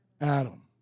Adam